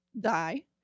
die